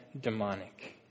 demonic